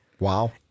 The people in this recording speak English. Wow